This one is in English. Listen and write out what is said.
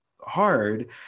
hard